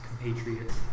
compatriots